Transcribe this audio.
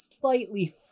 slightly